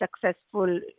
successful